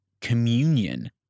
communion